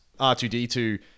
R2D2